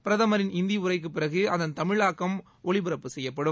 பிரதமரின் ஹிந்தி உரைக்குப் பிறகு அதன் தமிழாக்கம் ஒலிபரப்பு செய்யப்படும்